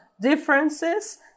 differences